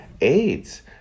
AIDS